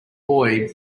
boy